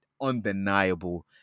undeniable